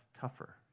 tougher